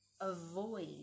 avoid